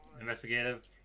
investigative